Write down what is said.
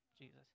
Jesus